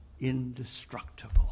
indestructible